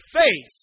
faith